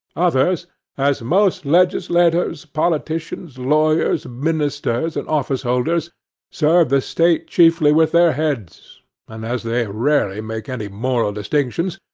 others as most legislators, politicians, lawyers, ministers, and office-holders serve the state chiefly with their heads and, as they rarely make any moral distinctions,